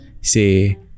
say